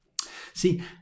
See